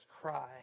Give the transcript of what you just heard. cry